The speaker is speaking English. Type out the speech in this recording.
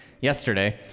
yesterday